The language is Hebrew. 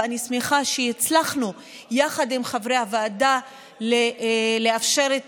ואני שמחה שהצלחנו יחד עם חברי הוועדה לאפשר את